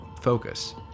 focus